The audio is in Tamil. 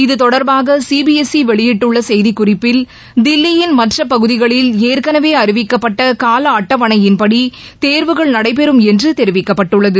இது தொடர்பாகசிபிஎஸ்இ வெளியிட்டுள்ளசெய்திக்குறிப்பில் தில்லியின் மற்றப்பகுதிகளில் ஏற்கனவேஅறிவிக்கப்பட்டகாலஅட்டவணையின்படி தேர்வுகள் நடைபெறும் என்றுதெரிவிக்கப்பட்டுள்ளது